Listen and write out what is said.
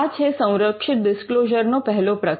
આ છે સંરક્ષિત ડિસ્ક્લોઝર નો પહેલો પ્રકાર